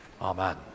Amen